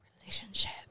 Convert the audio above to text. relationship